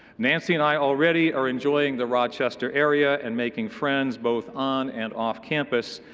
nancy and i already are enjoying the rochester area and making friends both on and off campus.